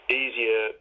easier